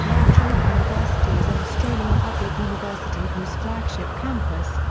la trobe university is an australian public university whose flagship campus,